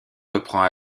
reprend